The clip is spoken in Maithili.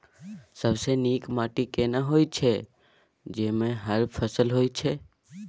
सबसे नीक माटी केना होय छै, जाहि मे हर फसल होय छै?